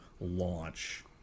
launch